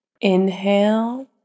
inhale